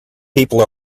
people